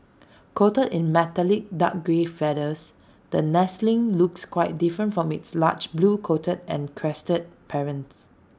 coated in metallic dark grey feathers the nestling looks quite different from its large blue coated and crested parents